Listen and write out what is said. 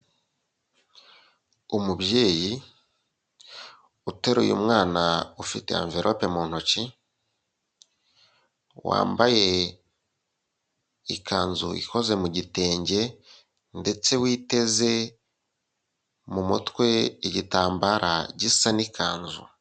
Umubyeyi uteruye umwana ufite amverope mu ntoki wambaye ikanzu ikoze mu gitenge ndetse witeze mu mutwe igitambara gisa n'ikanzu.